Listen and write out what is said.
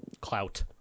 Clout